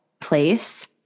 place